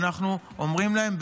ואנחנו אומרים להם,